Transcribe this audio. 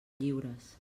lliures